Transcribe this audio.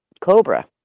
cobra